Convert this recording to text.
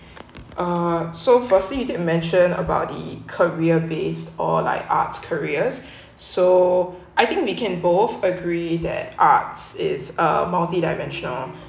uh so first thing you did mention about the career based or like arts careers so I think we can both agree that arts is a multi dimensional